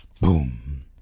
boom